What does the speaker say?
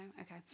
Okay